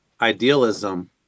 idealism